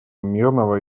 мирного